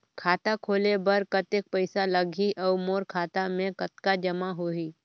खाता खोले बर कतेक पइसा लगही? अउ मोर खाता मे कतका जमा होही?